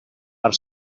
per